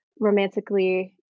romantically